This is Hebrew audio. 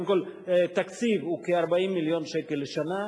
קודם כול, התקציב הוא כ-40 מיליון שקל לשנה.